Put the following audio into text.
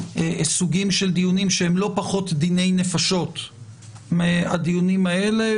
סוגים של דיונים שהם לא פחות דיני נפשות מהדיונים האלה.